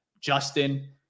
Justin